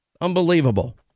Unbelievable